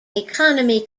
economy